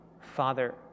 Father